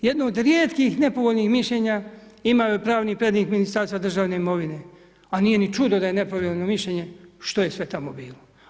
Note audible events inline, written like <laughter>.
Jedno od rijetkih nepovoljnih mišljenja imao je pravni … <unintelligible> Ministarstva državne imovine, a nije ni čudno da je nepravilno mišljenje, što je sve tamo bilo.